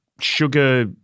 sugar